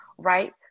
Right